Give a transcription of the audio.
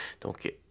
Donc